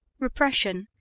repression.